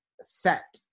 set